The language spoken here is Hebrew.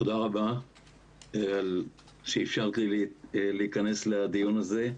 תודה רבה שאפשרת לי להיכנס לדיון הזה.